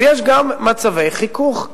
אז יש גם מצבי חיכוך,